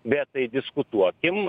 bet tai diskutuokim